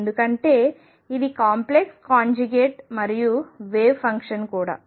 ఎందుకంటే ఇది complex conjugate మరియు వేవ్ ఫంక్షన్ కూడా